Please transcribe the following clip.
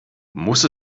muss